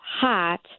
hot